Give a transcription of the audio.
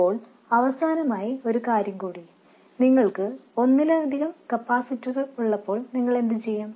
ഇപ്പോൾ അവസാനമായി ഒരു കാര്യം കൂടി നിങ്ങക്ക് ഒന്നിലധികം കപ്പാസിറ്ററുകൾ ഉള്ളപ്പോൾ നിങ്ങൾ എന്തുചെയ്യും